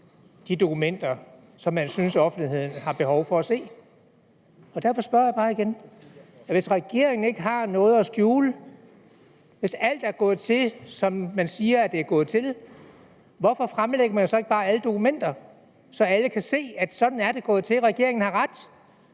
de dokumenter, som man synes offentligheden har behov for at se, og derfor spørger jeg bare igen: Hvis regeringen ikke har noget at skjule, hvis alt er gået til, som man siger, at det er gået til, hvorfor fremlægger man så ikke bare alle dokumenter, så alle kan se, at sådan er det gået til, regeringen har ret,